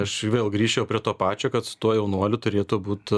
aš vėl grįščiau prie to pačio kad su tuo jaunuoliu turėtų būt